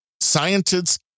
Scientists